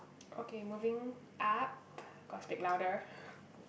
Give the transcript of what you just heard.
okay moving up got to speak louder